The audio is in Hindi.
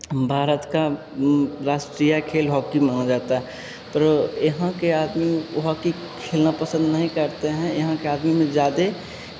भारत का राष्ट्रीय खेल हॉकी माना जाता है पर यहाँ के आदमी हॉकी खेलना पसंद नहीं करते हैं यहाँ के आदमी में ज़्यादे